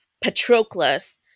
Patroclus